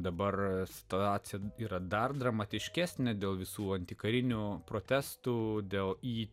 dabar situacija yra dar dramatiškesnė dėl visų antikarinių protestų dėl ji